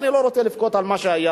ואני לא רוצה לבכות על מה שהיה.